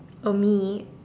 oh me